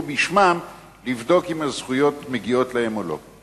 בשמם לבדוק אם הזכויות מגיעות להם או לא.